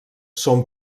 són